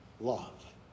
love